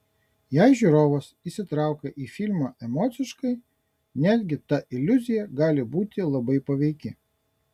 jei žiūrovas įsitraukia į filmą emociškai netgi ta iliuzija gali būti labai paveiki